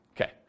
Okay